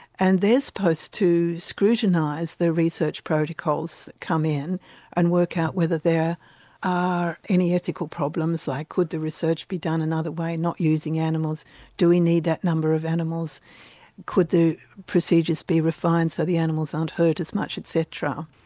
and they're supposed to scrutinise their research protocols that come in and work out whether there are any ethical problems, like could the research be done another way, not using animals do we need that number of animals could the procedures be refined so the animals aren't hurt as much etc.